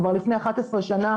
כבר לפני 11 שנה,